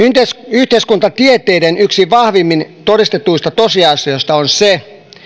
yhteiskuntatieteiden yksi vahvimmin todistetuista tosiasioista on se